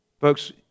Folks